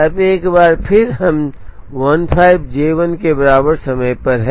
अब एक बार फिर हम 15 J 1 के बराबर समय पर हैं